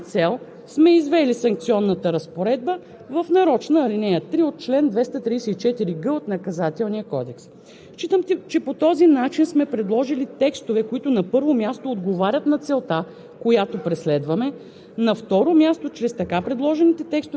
Предвижда се да се отнеме в полза на държавата превозното средство, послужило за извършване на деянието както по основния, така и по квалифицирания състав. За тази цел сме извели санкционната разпоредба в нарочна ал. 3 от чл. 234г от